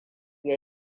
ya